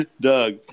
Doug